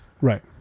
right